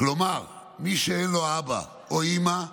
כלומר מי שאין לו אבא או אימא,